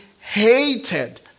hated